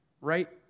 right